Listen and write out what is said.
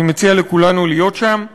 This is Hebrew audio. אני מציע לכולנו להיות שם.